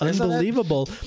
unbelievable